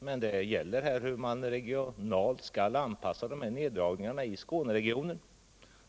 Vad det här gäller är hur man regionalt bäst skall kunna anpassa neddragningarna i Skåneregionen.